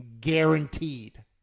guaranteed